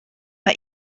mae